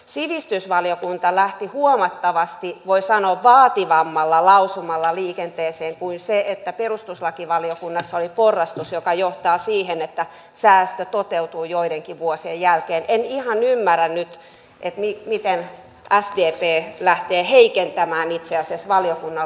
sivistysvaliokunta lähti huomattavasti voi sanoa vaativammalla lausumalla liikenteeseen kuin se että perustuslakivaliokunnassa oli porrastus joka johtaa siihen että säästö toteutuu joidenkin vuosien jälkeen ei ihan ymmärrä nyt ei mikään kasvi ei tee lähtee heikentämään jäsen valiokunnan